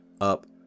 up